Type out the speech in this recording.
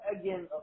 again